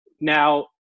Now